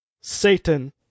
Satan